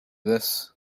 this